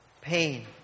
pain